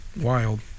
wild